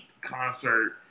concert